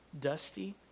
dusty